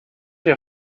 dir